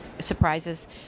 surprises